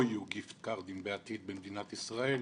לא יהיו גיפט קארדים בעתיד במדינת ישראל,